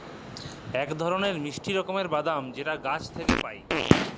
ইক ধরলের মিষ্টি রকমের বাদাম যেট গাহাচ থ্যাইকে পায়